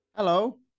Hello